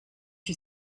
you